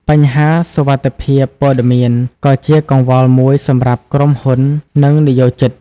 បញ្ហាសុវត្ថិភាពព័ត៌មាន ក៏ជាកង្វល់មួយសម្រាប់ក្រុមហ៊ុន និងនិយោជិត។